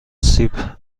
سیب